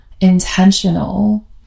intentional